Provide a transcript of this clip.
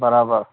برابر